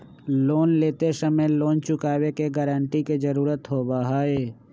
loan लेते समय loan चुकावे के गारंटी के जरुरत होबा हई